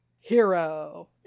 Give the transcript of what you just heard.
Hero